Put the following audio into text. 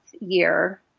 year